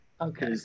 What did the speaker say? Okay